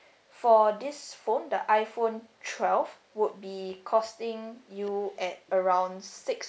for this phone the iPhone twelve would be costing you at around six